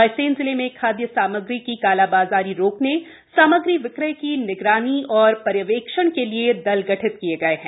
रायसेन जिले में खाद्य सामग्री की कालाबाजारी रोकने सामग्री विक्रय की निगरानी तथा पर्यवेक्षण के लिए दल गठित किए गए हैं